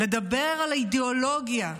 לדבר על האידיאולוגיה,